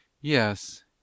Yes